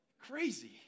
crazy